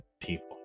people